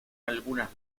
algunas